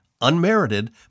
unmerited